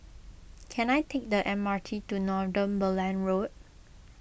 can I take the M R T to Northumberland Road